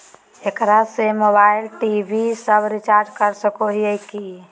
एकरा से mobile TV सब रिचार्ज कर सको हियै की?